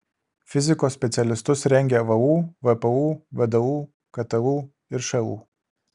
fizikos specialistus rengia vu vpu vdu ktu ir šu